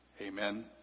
Amen